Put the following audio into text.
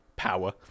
power